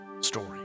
story